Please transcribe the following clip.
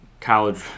college